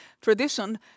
tradition